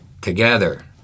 together